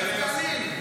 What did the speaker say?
נגב-גליל.